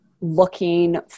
looking